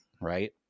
right